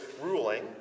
ruling